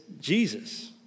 Jesus